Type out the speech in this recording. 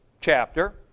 chapter